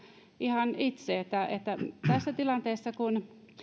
ihan itse siinä tilanteessa